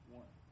one